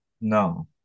No